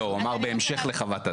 לא, הוא אמר בהמשך לחוות הדעת.